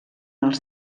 els